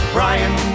Brian